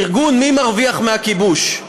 ארגון "מי מרוויח מהכיבוש"